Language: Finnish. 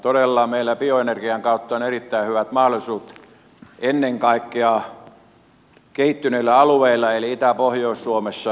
todella meillä bioenergian kautta on erittäin hyvät mahdollisuudet ennen kaikkea kehittyneillä alueilla eli itä ja pohjois suomessa